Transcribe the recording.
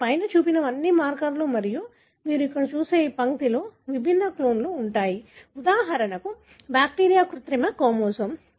కాబట్టి పైన చూపినవన్నీ మార్కర్లు మరియు మీరు ఇక్కడ చూసే ఈ పంక్తిలో విభిన్న క్లోన్లు ఉంటాయి ఉదాహరణకు బ్యాక్టీరియా కృత్రిమ క్రోమోజోమ్